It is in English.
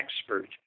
expert